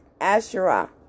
Asherah